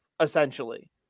essentially